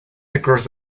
across